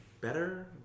better